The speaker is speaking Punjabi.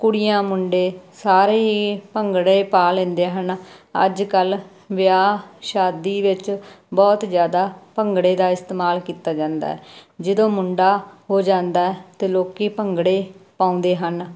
ਕੁੜੀਆਂ ਮੁੰਡੇ ਸਾਰੇ ਹੀ ਭੰਗੜੇ ਪਾ ਲੈਂਦੇ ਹਨ ਅੱਜ ਕੱਲ੍ਹ ਵਿਆਹ ਸ਼ਾਦੀ ਵਿੱਚ ਬਹੁਤ ਜ਼ਿਆਦਾ ਭੰਗੜੇ ਦਾ ਇਸਤੇਮਾਲ ਕੀਤਾ ਜਾਂਦਾ ਜਦੋਂ ਮੁੰਡਾ ਹੋ ਜਾਂਦਾ ਤਾਂ ਲੋਕੀ ਭੰਗੜੇ ਪਾਉਂਦੇ ਹਨ